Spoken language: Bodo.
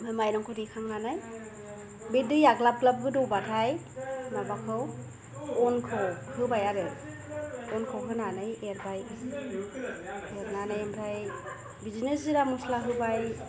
ओमफाय मायरंखौ देखांनानै बे दैआ ग्लाब ग्लाब गोदौबाथाय माबाखौ अनखौ होबाय आरो अनखौ होनानै एरबाय एरनानै ओमफाय बिदिनो जिरा मस्ला होबाय